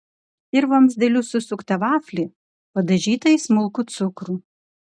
ir vamzdeliu susuktą vaflį padažytą į smulkų cukrų